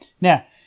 Now